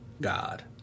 God